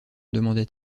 demanda